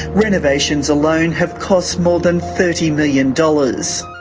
renovations alone have cost more than thirty million dollars.